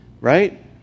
right